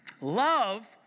love